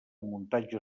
muntatge